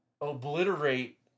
obliterate